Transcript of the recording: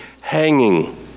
hanging